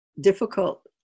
difficult